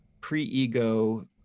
pre-ego